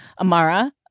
Amara